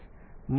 6eV 13